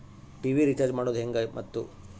TV recharge ಮಾಡೋದು ಹೆಂಗ ಮತ್ತು?